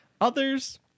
Others